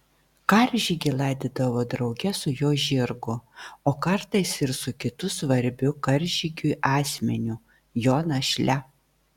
karžygį laidodavo drauge su jo žirgu o kartais ir su kitu svarbiu karžygiui asmeniu jo našle